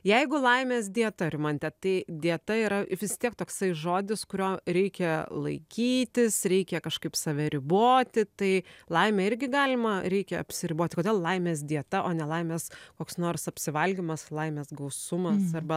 jeigu laimės dieta rimante tai dieta yra vis tiek toksai žodis kurio reikia laikytis reikia kažkaip save riboti tai laimę irgi galima reikia apsiriboti kodėl laimės dieta o ne laimės koks nors apsivalgymas laimės gausumas arba